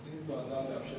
התוכנית נועדה לאפשר